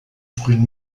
frühen